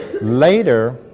Later